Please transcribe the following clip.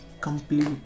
complete